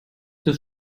das